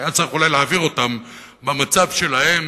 שהיה צריך אולי להעביר אותם במצב שלהם,